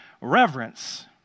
reverence